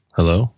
Hello